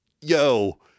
yo